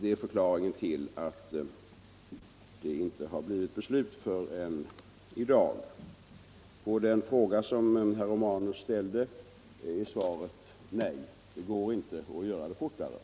Det är förklaringen till att — luftföroreningar det inte har fattats något beslut i ärendet förrän i dag. från bilar På den fråga som herr Romanus ställde sist här är svaret nej. Det går inte att göra byggnadsarbetet fortare.